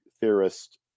theorist